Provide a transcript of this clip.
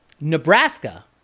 Nebraska